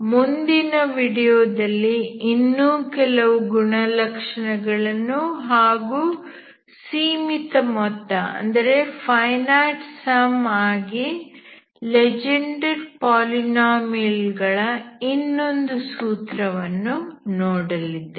ಮುಂದಿನ ವಿಡಿಯೋದಲ್ಲಿ ಇನ್ನೂ ಕೆಲವು ಗುಣಲಕ್ಷಣಗಳನ್ನು ಹಾಗೂ ಸೀಮಿತ ಮೊತ್ತ ವಾಗಿ ಲೆಜೆಂಡರ್ ಪಾಲಿನಾಮಿಯಲ್ ಗಳ ಇನ್ನೊಂದು ಸೂತ್ರವನ್ನು ನೋಡಲಿದ್ದೇವೆ